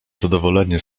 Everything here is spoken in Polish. zadowolenie